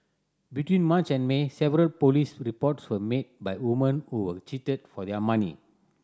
between March and May several police reports were made by woman who were cheated for their money